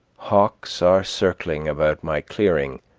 hawks are circling about my clearing